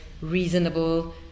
reasonable